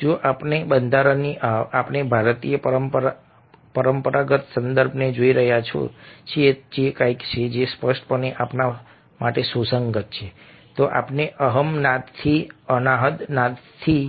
જો આપણે ભારતીય પરંપરાગત સંદર્ભને જોઈ રહ્યા છીએ જે કંઈક છે જે સ્પષ્ટપણે આપણા માટે સુસંગત છે તો આપણે અહત નાદથી અનાહત નાદથી